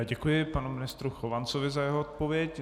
Děkuji panu ministru Chovancovi za jeho odpověď.